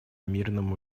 мирному